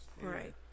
right